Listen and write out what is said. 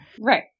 Right